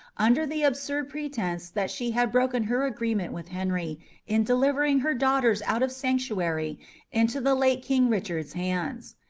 under the absurd pretence that she had broken her agreement with henry in delivering her daughters out of sanctuary into the late king richard's hands.